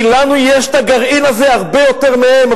כי לנו יש הגרעין הזה הרבה יותר מהם.